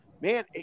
man